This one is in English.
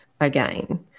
again